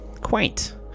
quaint